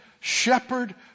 shepherd